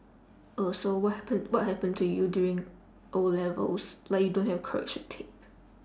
oh so what happen what happen to you during O-levels like you don't have correction tape